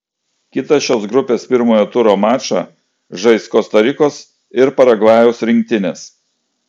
kitą šios grupės pirmojo turo mačą žais kosta rikos ir paragvajaus rinktinės